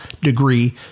degree